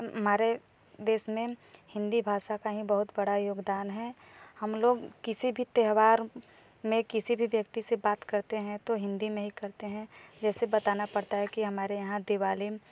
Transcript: हमारे देश में हिंदी भाषा का बहुत बड़ा योगदान है हम लोग किसी भी त्यौहार में किसी से भी व्यक्ति से बात करते थे तो हिंदी में ही बात करते हैं जैसे बताना पड़ता है कि हमारे यहाँ दिवाली में